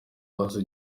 haza